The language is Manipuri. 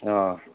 ꯑꯥ